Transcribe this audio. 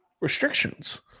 restrictions